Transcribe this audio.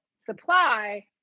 supply